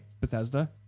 Bethesda